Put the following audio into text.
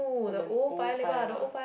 on the old Paya-Lebar